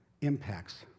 impacts